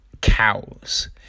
cows